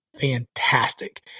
fantastic